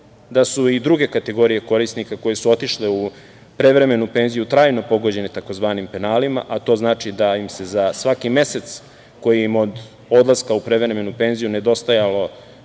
da su i druge kategorije korisnika koje su otišle u prevremenu penziju trajno pogođene tzv. penalima, a to znači da im se za svaki mesec koji im od odlaska u prevremenu penziju, nedostajalo